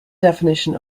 definition